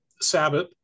sabbath